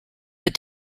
but